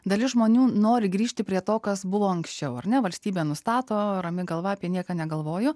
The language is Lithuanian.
dalis žmonių nori grįžti prie to kas buvo anksčiau ar ne valstybė nustato rami galva apie nieką negalvoju